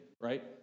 right